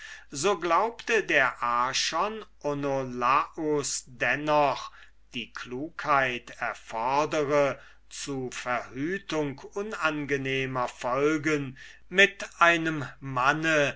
so glaubte der archon onolaus dennoch daß es der klugheit gemäß sein würde zu verhütung unangenehmer folgen mit einem manne